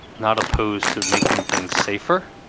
not opposed to making things safer